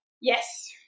Yes